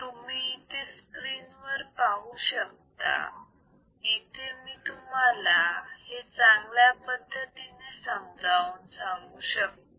तुम्ही इथे स्क्रीन वर पाहू शकता येथे मी तुम्हाला हे चांगल्या पद्धतीने समजावून सांगू शकते